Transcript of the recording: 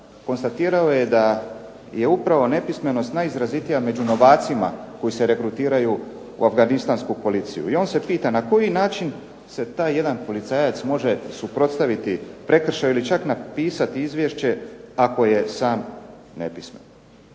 konstatirao je da je upravo nepismenost najizrazitija među novacima koji su regrutiraju u afganistansku policiju. I on se pita na koji način se taj jedan policajac se može suprotstaviti prekršaju ili čak napisati izvješće ako je sam nepismen.